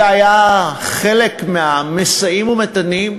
זה היה חלק מהמשאים-ומתנים,